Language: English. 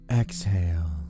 Exhale